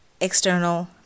external